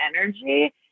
energy